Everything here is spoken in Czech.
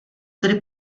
tedy